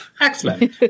Excellent